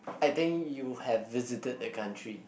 I think you have visited a country